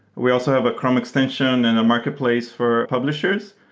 we also have a chrome extension and a marketplace for publishers.